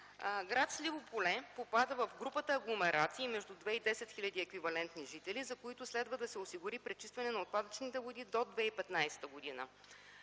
Град Сливо поле попада в групата агломерации между 2000 и 10 000 еквивалент жители, за които следва да се осигури пречистване на отпадъчните води до 2015 г.